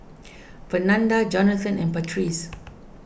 Fernanda Johathan and Patrice